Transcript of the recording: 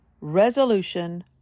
resolution